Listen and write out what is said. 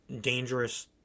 dangerous